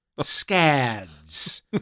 scads